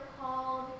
called